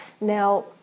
Now